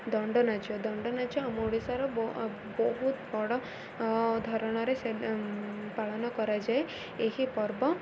ଦଣ୍ଡନାଚ ଦଣ୍ଡନାଚ ଆମ ଓଡ଼ିଶାର ବହୁତ ବଡ଼ ଧରଣରେ ପାଳନ କରାଯାଏ ଏହି ପର୍ବ